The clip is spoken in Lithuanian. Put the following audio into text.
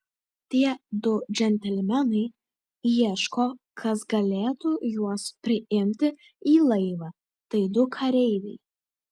tie du džentelmenai ieško kas galėtų juos priimti į laivą tai du kareiviai